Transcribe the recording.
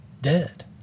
Dead